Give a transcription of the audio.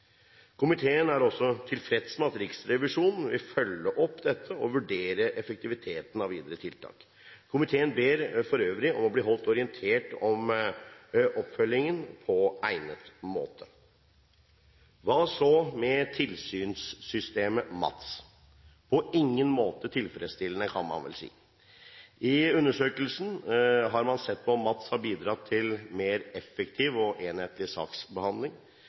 Komiteen er også tilfreds med at Riksrevisjonen vil følge opp dette og vurdere effekten av videre tiltak. Komiteen ber for øvrig om å bli holdt orientert om oppfølgingen på egnet måte. Hva så med tilsynssystemet MATS? På ingen måte tilfredsstillende, kan man vel si. I undersøkelsen har man sett på om MATS har bidratt til en mer effektiv og enhetlig saksbehandling.